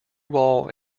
wall